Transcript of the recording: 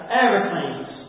aeroplanes